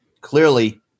clearly